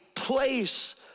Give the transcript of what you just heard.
place